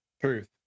Truth